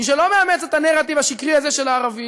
מי שלא מאמץ את הנרטיב השקרי הזה של הערבים,